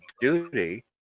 duty